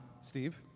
Steve